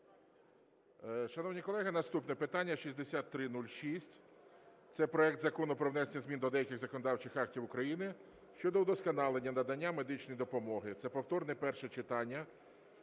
Шановні колеги, наступне питання. 6306 - це проект Закону про внесення змін до деяких законодавчих актів України щодо удосконалення надання медичної допомоги (це повторне перше читання).